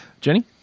Jenny